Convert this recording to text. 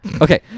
Okay